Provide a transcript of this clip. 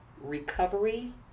recovery